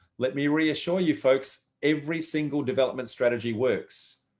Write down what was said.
let me reassure you folks, every single development strategy works,